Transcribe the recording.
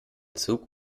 zug